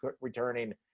returning